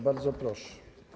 Bardzo proszę.